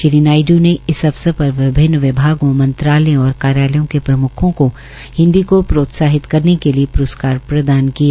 श्री नायडू ने इस अवसर पर विभन्न विभागों मंत्रालयों और कार्यालयों के प्रम्खों को हिन्दी को प्रोत्साहित करने के लिए प्रस्कार प्रदान किए